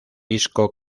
disco